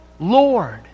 Lord